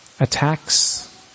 attacks